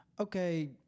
okay